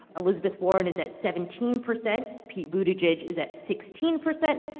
elizabeth warren is at seventeen percent. pete buttigieg is at sixteen percent.